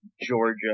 Georgia